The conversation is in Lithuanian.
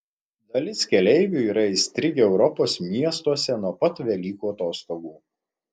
dalis keleivių yra įstrigę europos miestuose nuo pat velykų atostogų